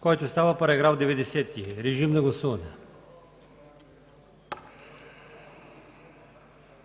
който става § 90. Режим на гласуване.